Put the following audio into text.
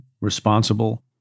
responsible